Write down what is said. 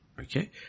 Okay